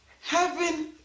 Heaven